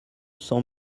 cent